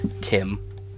Tim